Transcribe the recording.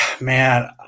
Man